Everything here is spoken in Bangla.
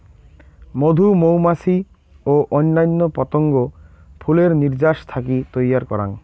মধু মৌমাছি ও অইন্যান্য পতঙ্গ ফুলের নির্যাস থাকি তৈয়ার করাং